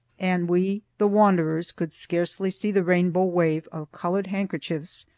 and we, the wanderers, could scarcely see the rainbow wave of colored handkerchiefs,